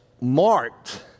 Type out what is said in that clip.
marked